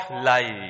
life